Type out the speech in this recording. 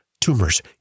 tumors